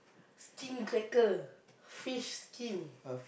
skin cracker fish skin